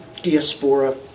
Diaspora